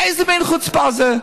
איזה מין חוצפה זו.